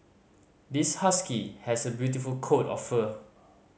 this husky has a beautiful coat of fur